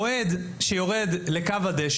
אוהד שיורד לכר הדשא,